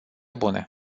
bune